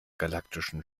galaktischen